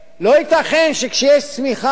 לא ייתכן שכשיש שמיכה,